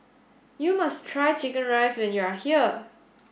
you must try chicken rice when you are here